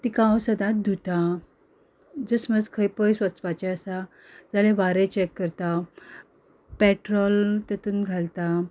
तिका हांव सदांच धुता जर समज खंय पयस वचपाचें आसा जाल्यार वारें चॅक करता पेट्रोल तेतून घालता